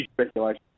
speculation